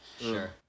Sure